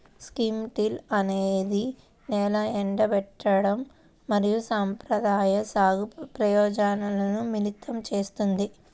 strip till అనేది నేల ఎండబెట్టడం మరియు సంప్రదాయ సాగు ప్రయోజనాలను మిళితం చేస్తుంది